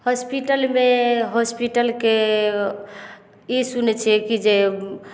हॉस्पिटलमे हॉस्पिटलके ई सुनै छियै कि जे